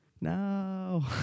No